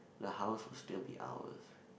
the house will still be ours